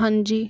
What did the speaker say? हाँ जी